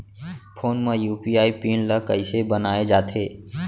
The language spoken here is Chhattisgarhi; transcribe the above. फोन म यू.पी.आई पिन ल कइसे बनाये जाथे?